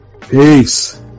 peace